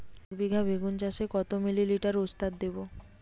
একবিঘা বেগুন চাষে কত মিলি লিটার ওস্তাদ দেবো?